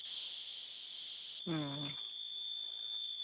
ᱦᱮᱸ